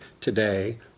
today